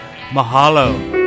Mahalo